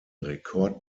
rekord